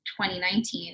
2019